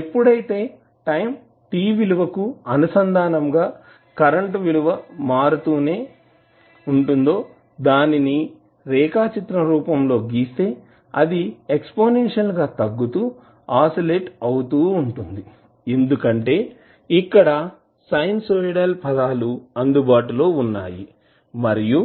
ఎప్పుడైతే time t విలువ కు అనుసంధానం గా కరెంటు విలువ మారుతూనే దానిని రేఖాచిత్రం రూపంలో గీస్తే అది ఎక్స్పోనెన్షియల్ గా తగ్గుతూ మరియు ఆసిలేట్ అవుతూ ఉంటుంది ఎందుకంటే ఇక్కడ సైనుసోయిడల్ పదాలు అందుబాటు లో వున్నాయి మరియు